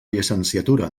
llicenciatura